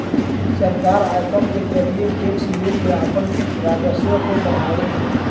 सरकार आयकर के जरिए टैक्स लेके आपन राजस्व के बढ़ावे ले